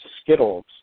Skittles